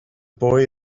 boy